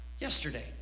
yesterday